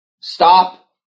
stop